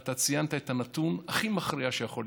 אתה ציינת את הנתון הכי מכריע שיכול להיות: